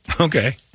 Okay